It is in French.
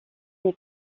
des